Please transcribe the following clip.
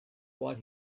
what